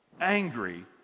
angry